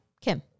Kim